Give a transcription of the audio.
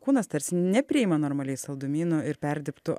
kūnas tarsi nepriima normaliai saldumynų ir perdirbtų